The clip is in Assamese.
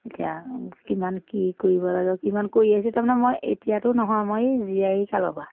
এতিয়া কিমান কি কৰিব লাগে কিমান কৰি আহিছোঁ তাৰমানে মই এতিয়াতো নহয় মই জীয়ৰী কালৰ পৰা